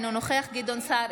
אינו נוכח גדעון סער,